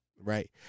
Right